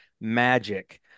magic